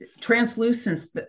translucence